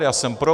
Já jsem pro.